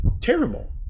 terrible